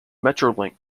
metrolink